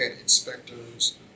inspectors